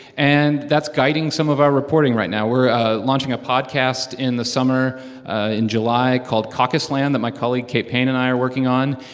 and that's guiding some of our reporting right now we're ah launching a podcast in the summer ah in july called caucus land that my colleague, kate payne, and i are working on.